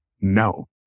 no